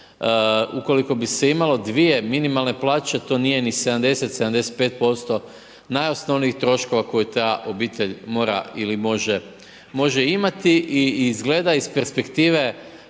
ukoliko bi se imalo 2 minimalne plaće, to nije ni 70-75% najosnovnijih troškova koju ta obitelj mora ili može imati i izgleda iz perspektive